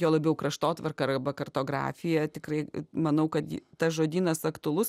juo labiau kraštotvarka arba kartografija tikrai manau kad tas žodynas aktualus